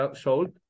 sold